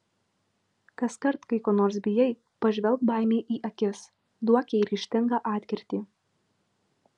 kaskart kai ko nors bijai pažvelk baimei į akis duok jai ryžtingą atkirtį